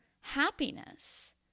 happiness